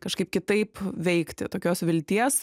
kažkaip kitaip veikti tokios vilties